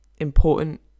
important